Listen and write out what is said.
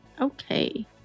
Okay